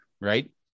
right